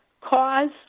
cause